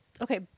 Okay